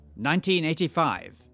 1985